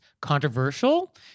controversial